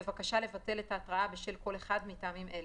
בבקשה לבטל את מנהליתההתראה בשל כל אחד מטעמים אלה: